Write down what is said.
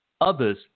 others